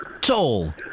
tall